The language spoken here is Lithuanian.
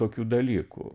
tokių dalykų